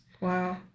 Wow